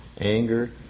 Anger